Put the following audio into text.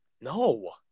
No